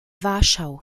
warschau